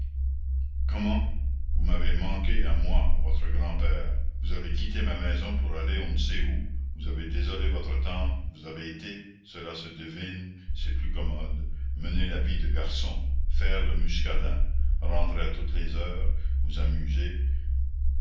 comment vous m'avez manqué à moi votre grand-père vous avez quitté ma maison pour aller on ne sait où vous avez désolé votre tante vous avez été cela se devine c'est plus commode mener la vie de garçon faire le muscadin rentrer à toutes les heures vous amuser